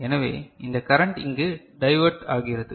எனவே இந்த கரண்ட் இங்கு டைவேர்ட் ஆகிறது